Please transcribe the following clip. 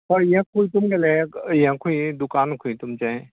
हय यें खुयी तुमगेलें यें खुयी दुकान खूय तुमचें